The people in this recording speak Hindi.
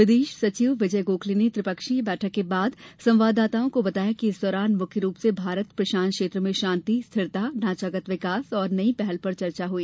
विदेश सचिव विजय गोखले ने त्रिपक्षीय बैठक के बाद संवाददाताओं को बताया कि इस दौरान मुख्य रूप से भारत प्रशांत क्षेत्र में शांति स्थिरता ढांचागत विकास और नई पहल पर चर्चा हुई